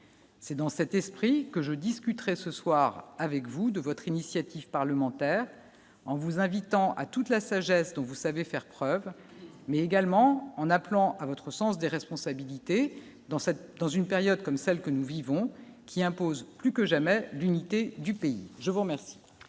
C'est dans cet esprit que je discuterai ce soir avec vous, de votre initiative parlementaire en vous invitant à toute la sagesse dont vous savez faire preuve mais également en appelant à votre sens des responsabilités dans cette, dans une période comme celle que nous vivons, qui impose plus que jamais l'unité du pays, je vous remercie.